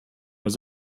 weil